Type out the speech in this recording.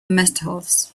metals